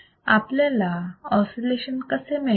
आपल्याला ऑसिलेशन कसे मिळणार